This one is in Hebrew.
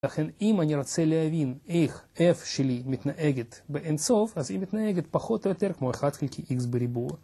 לכן אם אני רוצה להבין איך f של e מתנהגת באינסוף, אז היא מתנהגת פחות או יותר כמו 1 חלקי x בריבוע